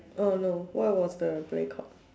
oh no what was the play called